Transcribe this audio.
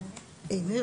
מאיר,